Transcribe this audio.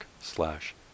slash